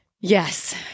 Yes